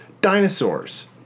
dinosaurs